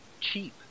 cheap